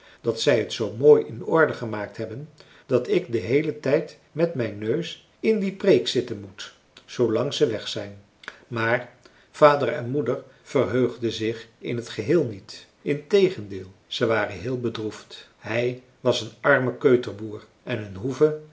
dat zij t zoo mooi in orde gemaakt hebben dat ik den heelen tijd met mijn neus in die preek zitten moet zoolang ze weg zijn maar vader en moeder verheugden zich in t geheel niet integendeel ze waren heel bedroefd hij was een arme keuterboer en hun hoeve